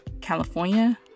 California